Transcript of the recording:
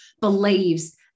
believes